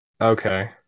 okay